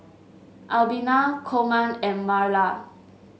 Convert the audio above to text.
Albina Coleman and Marla